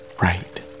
right